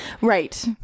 Right